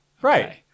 Right